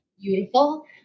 Beautiful